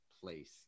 place